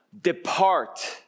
Depart